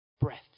Breath